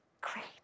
Great